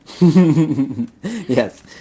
Yes